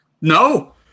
No